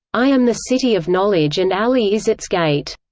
i am the city of knowledge and ali is its gate.